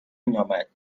مینامد